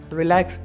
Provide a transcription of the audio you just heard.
relax